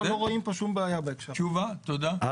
זאת תשובה, תודה.